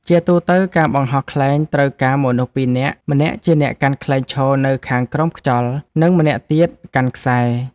ជាទូទៅ ការបង្ហោះខ្លែងត្រូវការមនុស្សពីរនាក់ ម្នាក់ជាអ្នកកាន់ខ្លែងឈរនៅខាងក្រោមខ្យល់ និងម្នាក់ទៀតកាន់ខ្សែ។